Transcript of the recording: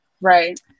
Right